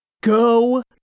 GO